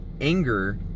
anger